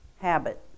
habit